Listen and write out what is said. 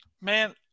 Man